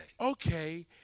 Okay